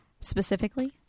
specifically